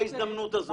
בהזדמנות הזאת.